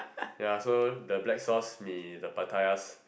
ya so the black sauce mee the pattaya s~